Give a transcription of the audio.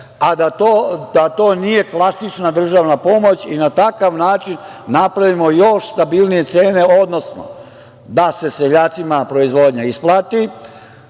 a da to nije klasična državna pomoć i na takav način napravimo još stabilnije cene, odnosno da se seljacima proizvodnja isplati,